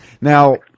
Now